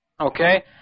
Okay